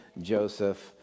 Joseph